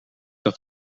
dat